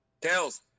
Tails